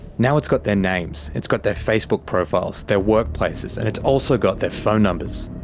now, it's got their names, it's got their facebook profiles, their workplaces, and it's also got their phone numbers.